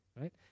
Right